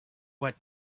what